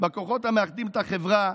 בכוחות המאחדים את החברה,